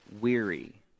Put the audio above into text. weary